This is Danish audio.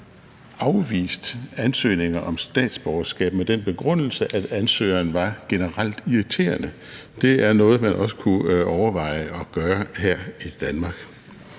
afvist ansøgninger om statsborgerskab med den begrundelse, at ansøgeren var generelt irriterende. Det er noget, man også kunne overveje at gøre her i Danmark.